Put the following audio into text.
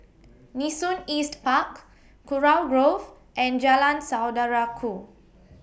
Nee Soon East Park Kurau Grove and Jalan Saudara Ku